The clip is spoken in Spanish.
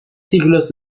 siglos